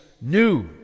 new